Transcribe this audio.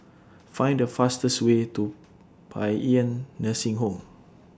Find The fastest Way to Paean Nursing Home